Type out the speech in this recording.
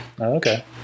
okay